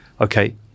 okay